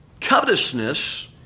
Covetousness